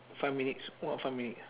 five minutes what five minutes